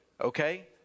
okay